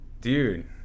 dude